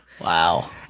wow